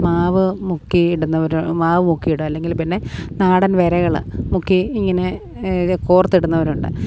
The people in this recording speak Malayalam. മാവ് മുക്കി ഇടുന്നവർ മാവ് മുക്കി ഇടുക അല്ലെങ്കിൽ പിന്നെ നാടൻ വിരകൾ മുക്കി ഇങ്ങനെ കോർത്തിടുന്നവരുണ്ട്